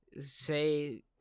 say